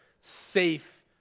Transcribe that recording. safe